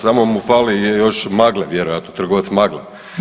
Samo mu fali još magle, vjerojatno trgovac magle.